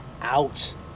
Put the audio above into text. out